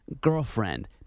girlfriend